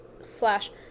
slash